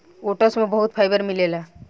oats में बहुत fibre मिलेला